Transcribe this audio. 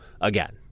again